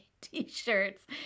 t-shirts